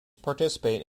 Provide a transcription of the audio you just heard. participate